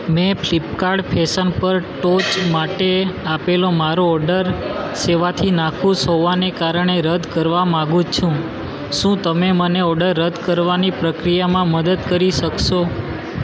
મેં Flipkart fashion પર ટોચ માટે આપેલો મારો ઓર્ડર સેવાથી નાખુશ હોવાને કારણે રદ કરવા માંગુ છું શું તમે મને ઓર્ડર રદ કરવાની પ્રક્રિયામાં મદદ કરી શકશો